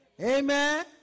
Amen